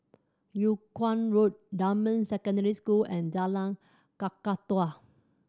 Yung Kuang Road Dunman Secondary School and Jalan Kakatua